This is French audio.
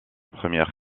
première